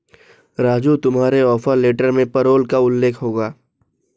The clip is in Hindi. राजू तुम्हारे ऑफर लेटर में पैरोल का उल्लेख होगा